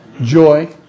Joy